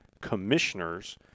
commissioners